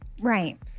Right